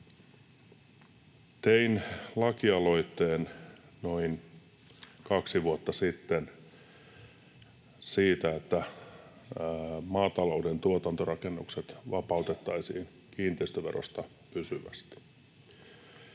Tein lakialoitteen noin kaksi vuotta sitten siitä, että maatalouden tuotantorakennukset vapautettaisiin kiinteistöverosta pysyvästi.